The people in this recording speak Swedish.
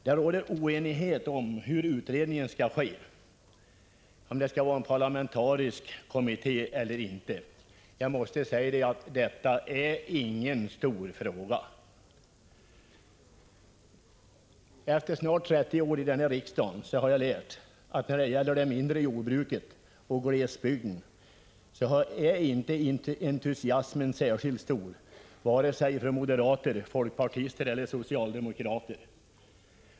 Det råder däremot oenighet om hur utredningen skall ske, om det skall vara en parlamentarisk kommitté eller inte. Detta är ingen stor fråga! Efter snart 30 år i riksdagen har jag lärt att entusiasmen inte är särskilt stor från vare sig moderater, folkpartister eller socialdemokrater när det gäller det mindre jordbruket och glesbygden.